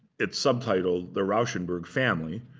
it's subtitled the rauschenberg family,